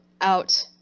out